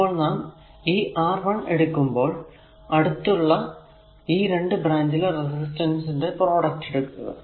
അപ്പോൾ നാം ഈ R1 എടുക്കുമ്പോൾ അടുത്തുള്ള ഈ 2 ബ്രാഞ്ചിലെ റെസിസ്റ്റൻസ് ന്റെ പ്രോഡക്റ്റ് എടുക്കുക